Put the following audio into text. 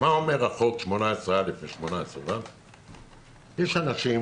שאומר שיש אנשים